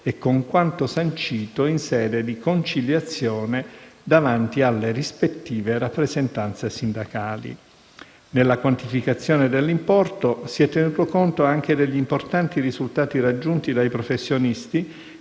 e con quanto sancito in sede di conciliazione davanti alle rispettive rappresentanze sindacali. Nella quantificazione dell'importo si è tenuto conto anche degli importanti risultati raggiunti dai professionisti